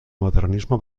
modernismo